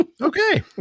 Okay